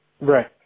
Right